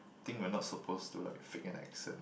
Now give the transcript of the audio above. think we're not supposed to like fake an accent